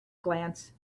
glance